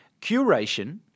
curation